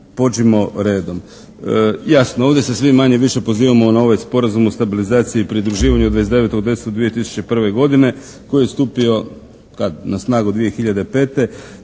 pođimo redom. Jasno, ovdje se svi manje-više pozivamo na ovaj Sporazum o stabilizaciji i pridruživanju od 29.10.2001. godine koji je stupio, kad, na snagu 2005. No